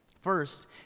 First